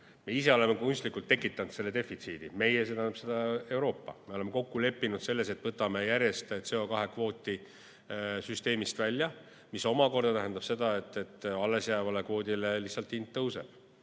Me ise oleme kunstlikult tekitanud selle defitsiidi – meie, see tähendab Euroopa. Me oleme kokku leppinud selles, et võtame järjest CO2kvooti süsteemist välja, mis omakorda tähendab seda, et allesjääva kvoodi hind lihtsalt tõuseb.